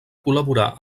col·laborar